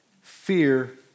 Fear